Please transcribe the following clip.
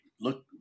Look